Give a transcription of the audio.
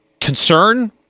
Concern